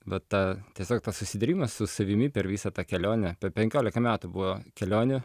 vat ta tiesiog tas susidūrimas su savimi per visą tą kelionę apie penkiolika metų buvo kelionė